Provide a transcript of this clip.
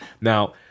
Now